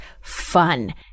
fun